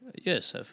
Yes